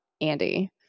Andy